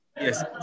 Yes